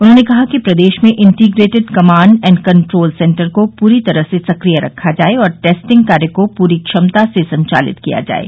उन्होंने कहा कि प्रदेश में integrated command and control centre को पूरी तरह से सक्रिय रखा जाये और टेस्टिंग कार्य को पूरी क्षमता से संचालित किया जाये